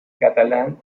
catalán